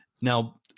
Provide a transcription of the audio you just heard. Now